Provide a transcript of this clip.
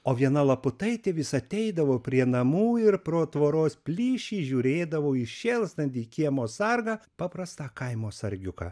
o viena laputaitė vis ateidavo prie namų ir pro tvoros plyšį žiūrėdavo į šėlstantį kiemo sargą paprastą kaimo sargiuką